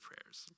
prayers